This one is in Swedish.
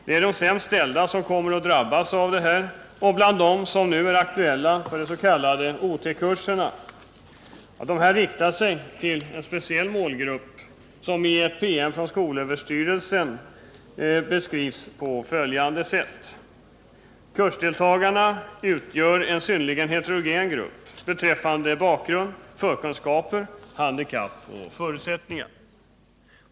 Det är de sämst ställda som kommer att drabbas av detta, och bland dem de som nu är aktuella för de s.k. OT-kurserna. Dessa riktar sig till en speciell målgrupp, som i en PM från skolöverstyrelsen beskrivs på följande sätt: ”Kursdeltagarna utgör en synnerligen heterogen grupp beträffande bakgrund, förkunskaper, handikapp och förutsättningar.